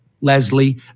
Leslie